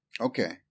okay